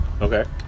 okay